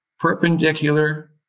perpendicular